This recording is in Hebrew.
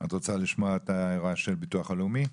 את רוצה לשמוע את ההערה של ביטוח לאומי?